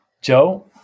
Joe